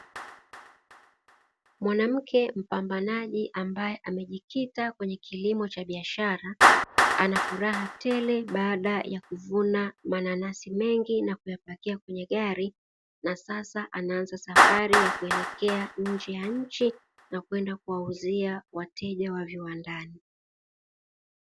Mwanamke mpambanaji, ambaye amejikita kwenye kilimo cha biashara, ana furaha tele baada ya kuvuna mananasi mengi na kuyapakia kwenye gari, na sasa anaanza safari ya kuelekea nje ya nchi na kwenda kuwauzia wateja wa viwandani.